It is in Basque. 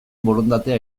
borondatea